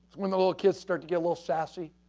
when the little kids start to get little sassy.